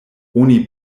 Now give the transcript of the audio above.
oni